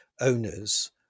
owners